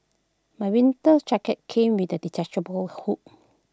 my winter jacket came with A detachable hood